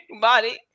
body